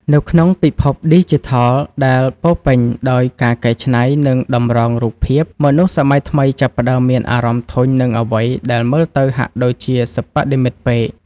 នៅក្នុងពិភពឌីជីថលដែលពោរពេញដោយការកែច្នៃ និងតម្រងរូបភាព មនុស្សសម័យថ្មីចាប់ផ្តើមមានអារម្មណ៍ធុញនឹងអ្វីដែលមើលទៅហាក់ដូចជាសិប្បនិម្មិតពេក